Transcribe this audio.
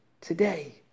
today